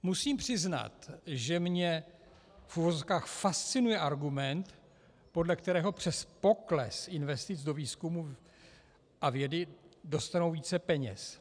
Musím přiznat, že mě, v uvozovkách, fascinuje argument, podle kterého přes pokles investic do výzkumu a vědy dostanou více peněz.